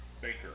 Baker